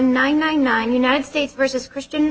nine nine nine united states versus christian